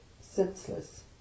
senseless